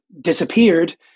disappeared